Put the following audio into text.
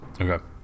Okay